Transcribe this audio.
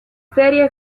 serie